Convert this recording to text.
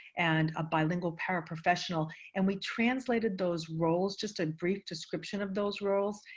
and a bilingual paraprofessional, and we translated those roles, just a brief description of those roles,